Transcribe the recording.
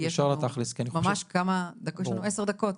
כי יש לנו ממה 10 דקות.